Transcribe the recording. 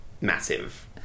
massive